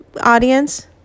audience